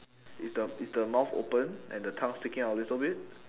is the is the mouth open and the tongue sticking out a little bit